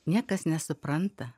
niekas nesupranta